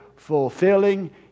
Fulfilling